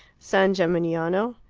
san gemignano,